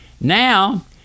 Now